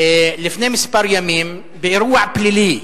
לפני כמה ימים, באירוע פלילי,